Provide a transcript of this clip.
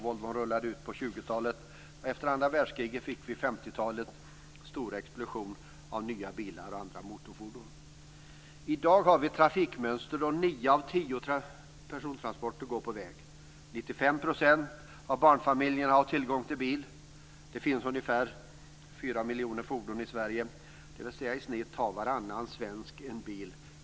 Volvon rullade ut på 20-talet, och efter andra världskriget fick vi 50-talets stora "explosion" av nya bilar och andra motorfordon. I dag har vi ett trafikmönster där nio av tio persontransporter går på väg. 95 % av barnfamiljerna har tillgång till bil. Det finns ungefär fyra miljoner fordon i Sverige, dvs. i snitt har varannan svensk en bil.